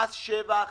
מס שבח